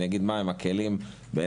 אני אגיד מהם הכלים בעיניי,